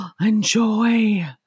enjoy